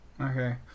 Okay